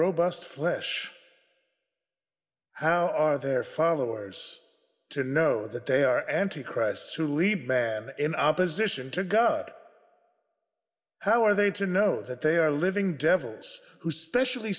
robust flesh how are their followers to know that they are anti christ soon leave bad in opposition to god how are they to know that they are living devils who specially